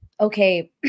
okay